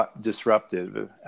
disruptive